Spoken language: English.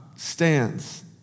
stands